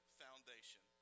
foundation